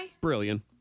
Brilliant